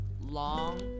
long